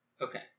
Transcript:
Okay